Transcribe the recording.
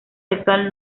sexual